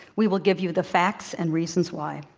we will give you the facts and reasons why.